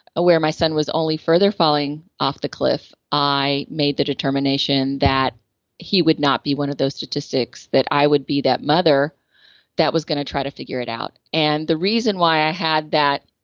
aware my son was only further falling off the cliff, i made the determination that he would not be one of those statistics. that i would be that mother that was going to try to figure it out. and the reason why i had that